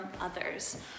others